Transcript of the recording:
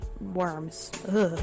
worms